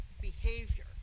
behavior